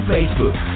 Facebook